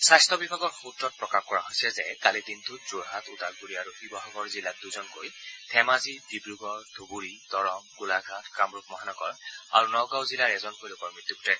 স্বাস্থ্য বিভাগৰ সুত্ৰত প্ৰকাশ কৰা হৈছে যে কালিৰ দিনটোত যোৰহাট ওদালগুৰি আৰু শিৱসাগৰ জিলাৰ দুজনকৈ ধেমাজি ডিব্ৰগড় ধুবুৰী দৰং গোলাঘাট কামৰূপ মহানগৰ আৰু নগাঁও জিলাৰ এজনকৈ লোকৰ মৃত্যু ঘটে